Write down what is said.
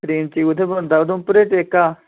क्रीमची कुत्थै पौंदा उधमपूर ऐ जेह्का